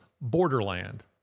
borderland